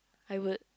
I would